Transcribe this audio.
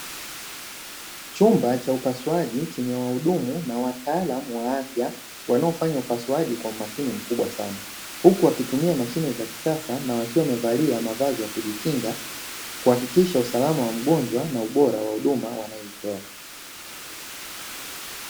Chumba cha upasuaji chenye wahudumu na wataalam wa afya wanaofanya upasuaji kwa umakini mkubwa sana. huku wakitumia mashine za kisasa na wakiwa wamevalia mavazi ya kujikinga kuhakikisha usalama wa mgonjwa na ubora wa huduma wanayoitoa.